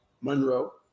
monroe